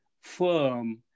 firm